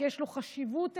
כי יש לו חשיבות עליונה,